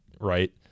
right